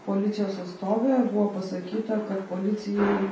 policijos atstove buvo pasakyta kad policijai